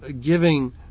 giving